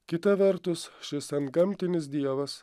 kita vertus šis antgamtinis dievas